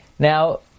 Now